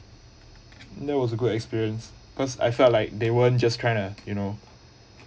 that was a good experience cause I felt like they weren't just trying to you know